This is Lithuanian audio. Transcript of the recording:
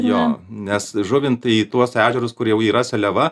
jo nes žuvint į tuos ežerus kur jau yra seliava